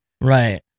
Right